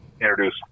introduce